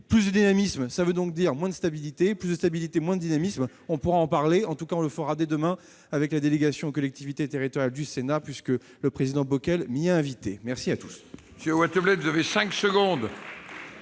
plus de dynamisme, cela veut donc dire moins de stabilité, et plus de stabilité, moins de dynamisme. On en parlera dès demain avec la délégation aux collectivités territoriales du Sénat, puisque le président Bockel m'y a invité. La parole